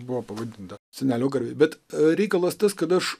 buvo pavadinta senelio garbei bet reikalas tas kad aš